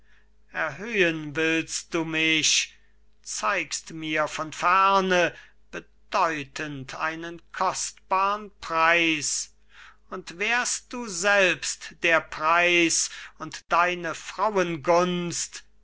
erhöhen willst du mich zeigst mir von ferne bedeutend einen kostbarn preis und wärst du selbst der preis und deine